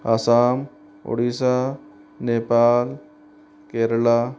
Assam Odisha Nepal Kerala Himachal